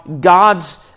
God's